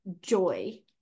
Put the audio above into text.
joy